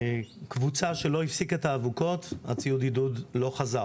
קבוצה שלא הפסיקה את האבוקות, ציוד העידוד לא חזר